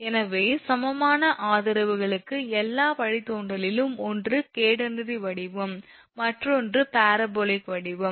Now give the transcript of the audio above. எனவே சமமான ஆதரவுகளுக்கு எல்லா வழித்தோன்றலிலும் ஒன்று கேடனரி வடிவம் மற்றொன்று பரபோலிக் வடிவம்